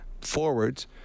forwards